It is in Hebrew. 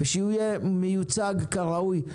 ושיהיה מיוצג כראוי.